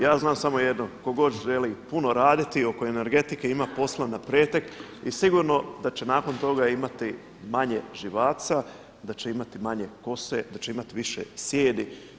Ja znam samo jedno, tko god želi puno raditi, oko energetike ima posla na pretek i sigurno da će nakon toga imati manje živaca, da će imati manje kose, da će imati više sijedi.